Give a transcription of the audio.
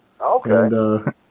Okay